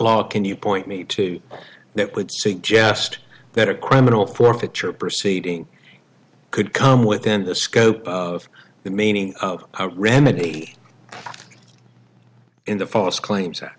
law can you point me to that would suggest that a criminal forfeiture proceeding could come within the scope of the meaning of a remedy in the force claims that